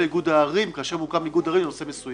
מאחר ויש לנו את ההבנה עם יואב, אנחנו נעצור פה.